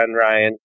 Ryan